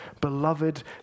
beloved